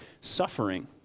suffering